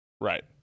Right